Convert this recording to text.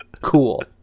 Cool